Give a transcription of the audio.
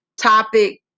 topic